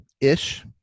ish